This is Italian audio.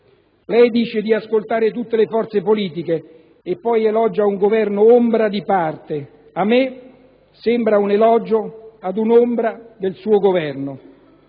Lei dice di ascoltare tutte le forze politiche e poi elogia un Governo ombra, di parte. A me sembra un elogio ad un'ombra del suo Governo.